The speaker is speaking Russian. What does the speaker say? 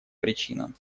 причинам